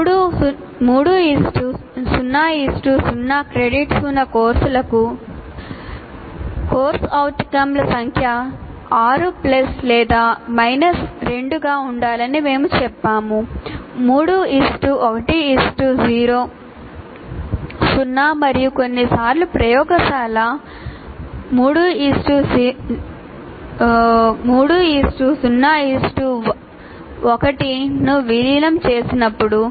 3 0 0 credits ఉన్న కోర్సులకు CO ల సంఖ్య 6 ప్లస్ లేదా మైనస్ 2 గా ఉండాలని మేము చెప్పాము 3 1 0 మరియు కొన్నిసార్లు ప్రయోగశాల 3 0 1 ను విలీనం చేసినప్పుడు